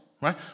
right